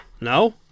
No